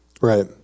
Right